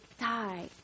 die